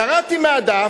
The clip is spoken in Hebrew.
קראתי מהדף,